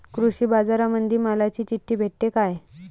कृषीबाजारामंदी मालाची चिट्ठी भेटते काय?